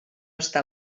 està